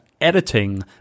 editing